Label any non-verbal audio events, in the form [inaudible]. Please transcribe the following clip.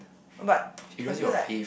but [noise] I feel like